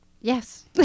yes